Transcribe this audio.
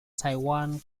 taiwan